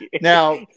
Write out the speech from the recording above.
now